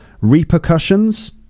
Repercussions